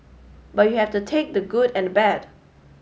but you have to take the good and the bad